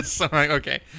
okay